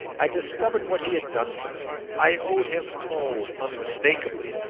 i discovered what he had done for me. i owed him, oh unmistakeably,